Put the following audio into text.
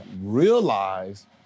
Realize